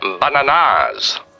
bananas